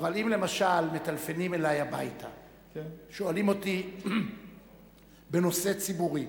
אבל אם למשל מטלפנים אלי הביתה ושואלים אותי בנושא ציבורי,